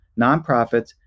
nonprofits